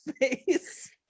face